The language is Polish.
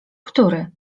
który